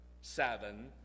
seven